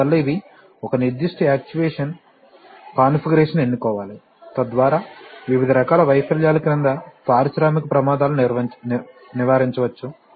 అందువల్ల ఇవి ఒక నిర్దిష్ట యాక్చుయేషన్ కాన్ఫిగరేషన్ను ఎన్నుకోవాలి తద్వారా వివిధ రకాల వైఫల్యాల క్రింద పారిశ్రామిక ప్రమాదాలను నివారించవచ్చు